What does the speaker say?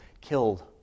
killed